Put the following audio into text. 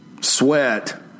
sweat